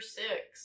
six